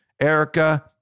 Erica